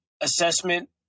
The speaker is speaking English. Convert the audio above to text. assessment